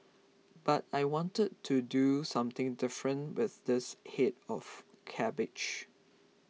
but I wanted to do something different with this head of cabbage